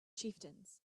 chieftains